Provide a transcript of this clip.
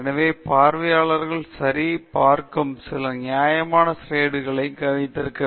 எனவே பார்வையாளர்களை சரி பார்க்கும் சில நியாயமான ஸ்லைடுகளை வைத்திருக்க வேண்டும்